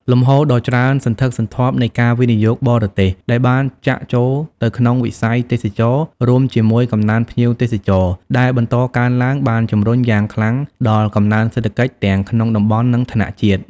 លំហូរដ៏ច្រើនសន្ធឹកសន្ធាប់នៃ ការវិនិយោគបរទេស ដែលបានចាក់ចូលទៅក្នុងវិស័យទេសចរណ៍ រួមជាមួយ កំណើនភ្ញៀវទេសចរ ដែលបន្តកើនឡើង បានជំរុញយ៉ាងខ្លាំងដល់ កំណើនសេដ្ឋកិច្ច ទាំងក្នុងតំបន់ និងថ្នាក់ជាតិ។